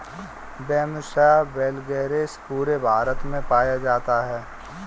Bambusa वैलगेरिस पूरे भारत में पाया जाता है